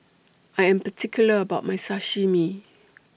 I Am particular about My Sashimi